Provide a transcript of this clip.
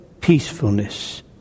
peacefulness